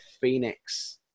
phoenix